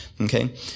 Okay